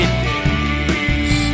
days